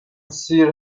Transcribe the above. سیر